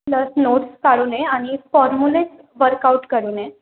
plus notes काढून ये आणि फॉर्मुले वर्कआउट करून ये